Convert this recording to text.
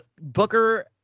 Booker